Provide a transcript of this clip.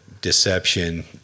deception